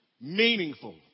meaningful